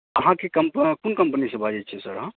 अहाँ कोन कंपनीसँ बाजै छी अहाँ